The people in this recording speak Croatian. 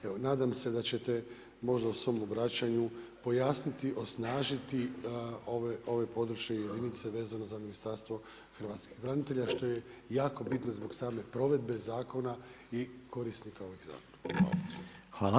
Evo nadam se da ćete možda u svom obraćanju pojasniti osnažiti ove područne jedinice vezano za Ministarstvo hrvatskih branitelja što je jako bitno zbog same provedbe zakona i korisnika ovih zakona.